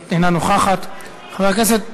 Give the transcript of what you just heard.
אינה נוכחת, חבר הכנסת